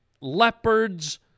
leopards